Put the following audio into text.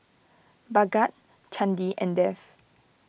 Bhagat Chandi and Dev